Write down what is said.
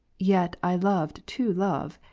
yet i loved to love,